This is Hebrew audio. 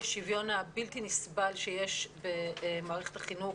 השוויון הבלתי נסבל שיש במערכת החינוך,